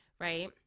right